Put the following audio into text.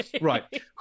Right